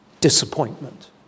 disappointment